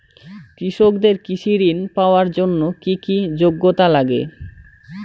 কৃষকদের কৃষি ঋণ পাওয়ার জন্য কী কী যোগ্যতা লাগে?